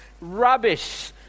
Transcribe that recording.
rubbish